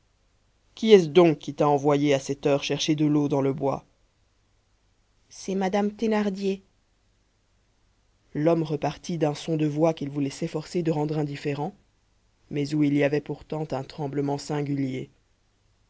qui est-ce donc qui t'a envoyée à cette heure chercher de l'eau dans le bois c'est madame thénardier l'homme repartit d'un son de voix qu'il voulait s'efforcer de rendre indifférent mais où il y avait pourtant un tremblement singulier